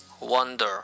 wonder